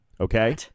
Okay